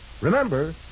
Remember